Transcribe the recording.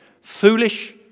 foolish